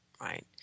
right